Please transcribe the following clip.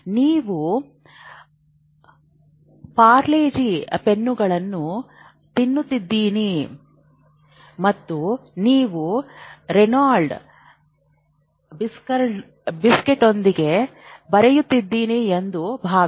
ನೀವು ಪಾರ್ಲೆ ಜಿ ಪೆನ್ನುಗಳನ್ನು ತಿನ್ನುತ್ತಿದ್ದೀರಿ ಮತ್ತು ನೀವು ರೆನಾಲ್ಡ್ಸ್ ಬಿಸ್ಕತ್ಗಳೊಂದಿಗೆ ಬರೆಯುತ್ತಿದ್ದೀರಿ ಎಂದು ಭಾವಿಸಿ